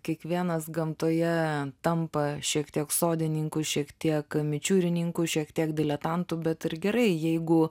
kiekvienas gamtoje tampa šiek tiek sodininku šiek tiek kamičiurininku šiek tiek diletantu bet ir gerai jeigu